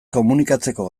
komunikatzeko